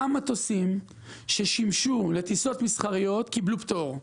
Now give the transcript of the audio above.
גם מטוסים ששימשו לטיסות מסחריות, קיבלו פטור.